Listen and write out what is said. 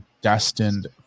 destined